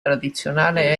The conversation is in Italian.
tradizionale